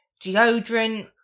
deodorant